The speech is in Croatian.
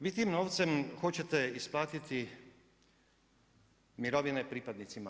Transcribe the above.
Vi tim novcem hoćete isplatiti mirovine pripadnicima